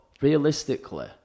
realistically